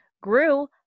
grew